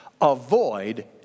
Avoid